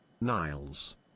Niles